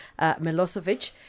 Milosevic